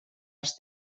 als